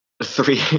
Three